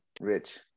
Rich